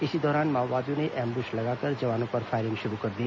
इसी दौरान माओवादियों ने एंब्श लगाकर जवानों पर फायरिंग शुरू कर दी